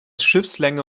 schiffslänge